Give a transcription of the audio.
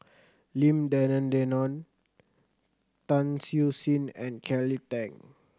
Lim Denan Denon Tan Siew Sin and Kelly Tang